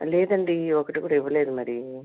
లేదండి ఒకటి కూడా ఇవ్వలేదు మరి